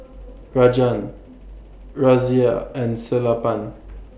Rajan Razia and Sellapan